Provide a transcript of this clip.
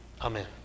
Amen